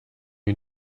you